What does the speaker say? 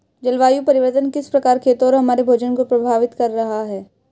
जलवायु परिवर्तन किस प्रकार खेतों और हमारे भोजन को प्रभावित कर रहा है?